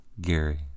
Gary